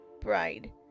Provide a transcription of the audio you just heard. bride